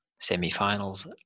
semi-finals